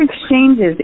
exchanges